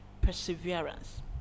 perseverance